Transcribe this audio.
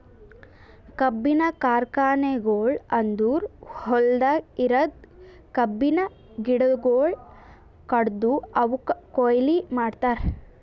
ಕಬ್ಬಿನ ಕಾರ್ಖಾನೆಗೊಳ್ ಅಂದುರ್ ಹೊಲ್ದಾಗ್ ಇರದ್ ಕಬ್ಬಿನ ಗಿಡಗೊಳ್ ಕಡ್ದು ಅವುಕ್ ಕೊಯ್ಲಿ ಮಾಡ್ತಾರ್